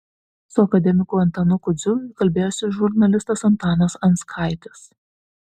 su akademiku antanu kudziu kalbėjosi žurnalistas antanas anskaitis